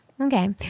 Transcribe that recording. okay